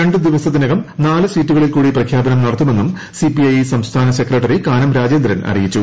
രണ്ടു ദിവസത്തിനകം നാല് സീറ്റുകളിൽകൂട്ടി പ്രഖ്യാപനം നടത്തുമെന്നും സിപിഐ സംസ്ഥാന സെക്രട്ടറി കാനം രാജ്ജേന്ദ്ൻ അറിയിച്ചു